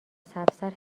سبزتر